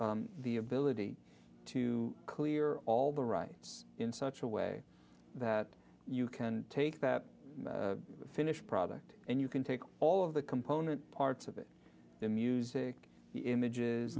the ability to clear all the rights in such a way that you can take that finished product and you can take all of the component parts of the music the images